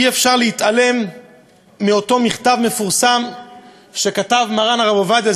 אי-אפשר להתעלם מאותו מכתב מפורסם שכתב מרן הרב עובדיה,